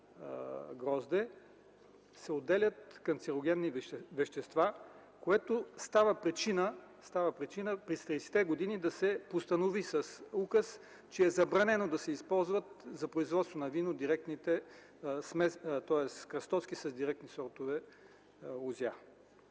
се отделят канцерогенни вещества, което става причина през 30-те години да се постанови с указ, че е забранено да се използват за производство на вино кръстоски с директни сортове лозя.